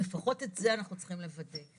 לפחות את זה אנחנו צריכים לוודא,